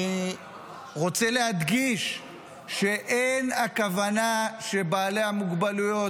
אני רוצה להדגיש שאין הכוונה לבעלי המוגבלויות,